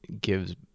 gives